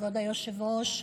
כבוד היושב-ראש,